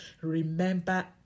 remember